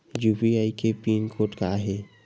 UPI के pin code का हे?